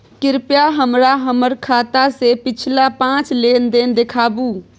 कृपया हमरा हमर खाता से पिछला पांच लेन देन देखाबु